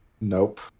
Nope